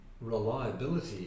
reliability